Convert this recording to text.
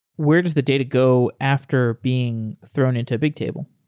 where does the data go after being thrown into bigtable?